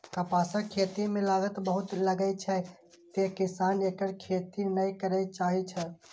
कपासक खेती मे लागत बहुत लागै छै, तें किसान एकर खेती नै करय चाहै छै